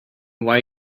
why